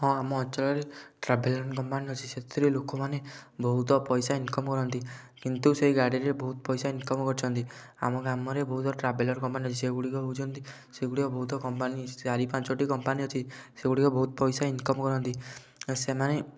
ହଁ ଆମ ଅଞ୍ଚଳରେ ଟ୍ରାଭେଲର କମ୍ପାନୀ ଅଛି ସେଥିରେ ଲୋକମାନେ ବହୁତ ପଇସା ଇନକମ୍ କରନ୍ତି କିନ୍ତୁ ସେଇ ଗାଡ଼ିରେ ବହୁତ ପଇସା ଇନକମ୍ କରିଛନ୍ତି ଆମ ଗ୍ରାମରେ ବହୁତ ଟ୍ରାଭେଲର କମ୍ପାନୀ ଅଛି ସେଗୁଡ଼ିକ ହେଉଛନ୍ତି ସେଗୁଡ଼ିକ ବହୁତ କମ୍ପାନୀ ଚାରି ପାଞ୍ଚଟି କମ୍ପାନୀ ଅଛି ସେଗୁଡ଼ିକ ବହୁତ ପଇସା ଇନକମ୍ କରନ୍ତି ସେମାନେ